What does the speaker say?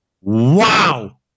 wow